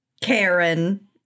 Karen